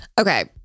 Okay